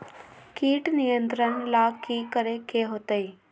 किट नियंत्रण ला कि करे के होतइ?